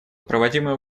проводимую